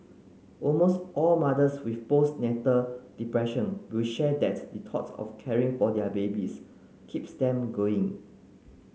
almost all mothers with postnatal depression will share that the thought of caring for their babies keeps them going